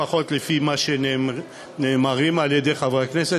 לפחות לפי מה שנאמר על-ידי חברי הכנסת,